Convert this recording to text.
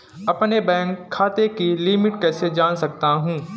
अपने बैंक खाते की लिमिट कैसे जान सकता हूं?